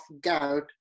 gout